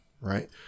right